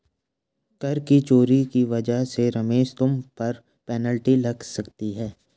कर की चोरी की वजह से रमेश तुम पर पेनल्टी लग सकती है